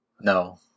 No